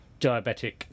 diabetic